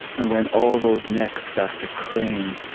and when all those necks start to crane,